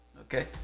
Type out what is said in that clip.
okay